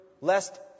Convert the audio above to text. lest